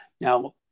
Now